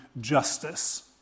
justice